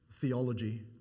theology